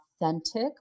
authentic